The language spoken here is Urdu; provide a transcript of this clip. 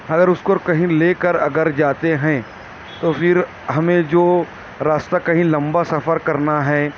اگر اس کو کہیں لے کر اگر جاتے ہیں تو پھر ہمیں جو راستہ کہیں لمبا سفر کرنا ہے